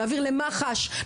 נעביר למח"ש,